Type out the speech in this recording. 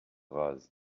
rase